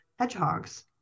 Hedgehogs